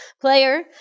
player